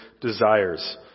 desires